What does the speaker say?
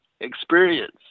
experience